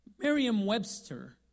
Merriam-Webster